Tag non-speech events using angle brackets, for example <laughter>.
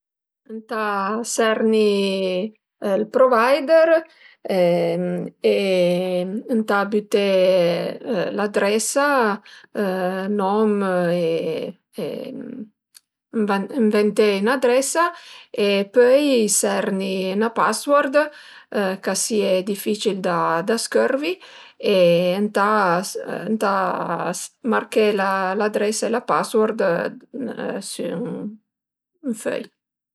Ëntà serni ël provider e ëntà büté l'adresa <hesitation> nom <hesitation> e ënventé 'n'adresa e pöi serni 'na password ch'a sìe dificil da scörvi e ëntà ëntà marché l'adresa e la password sü ün föi